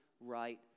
right